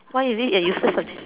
why is it a useless subject